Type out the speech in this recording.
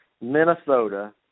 Minnesota